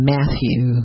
Matthew